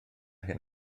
hyn